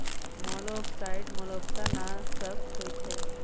मोलॉक्साइड्स मोलस्का नाशक होइ छइ